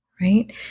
right